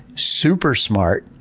super smart,